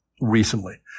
recently